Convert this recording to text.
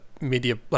media